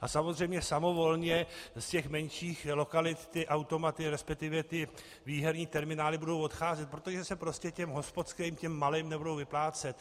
A samozřejmě samovolně z menších lokalit automaty, respektive výherní terminály, budou odcházet, protože se prostě těm hospodským, těm malým, nebudou vyplácet.